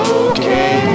okay